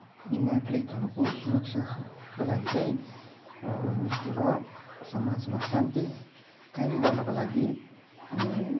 नागरिकहरू को सुरक्षाको लागि चाहिँ र समाजमा शान्ति कायम गर्नको लागि